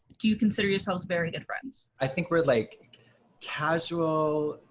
do you consider yourselves very good friends? i think we're like casual,